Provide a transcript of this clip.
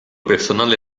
personale